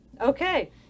Okay